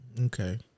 Okay